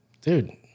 dude